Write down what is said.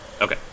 Okay